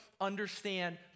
understand